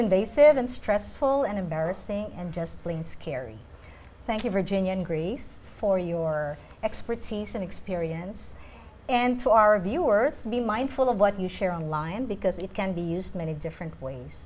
invasive and stressful and embarrassing and just plain scary thank you virgin young greece for your expertise and experience and to our viewers be mindful of what you share online because it can be used many different ways